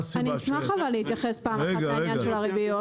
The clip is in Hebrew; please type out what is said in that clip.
אני אתייחס להתייחס פעם אחת לעניין של הריביות,